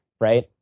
Right